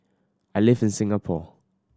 I live in Singapore